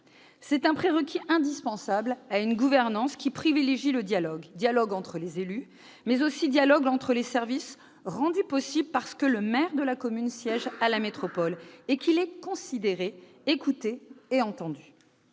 C'est un prérequis indispensable à une gouvernance qui privilégie le dialogue : dialogue entre les élus, mais aussi dialogue entre les services, rendu possible parce que le maire de la commune siège à la métropole et qu'il y est considéré, écouté et entendu.